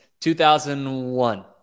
2001